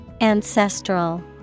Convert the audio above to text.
Ancestral